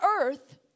earth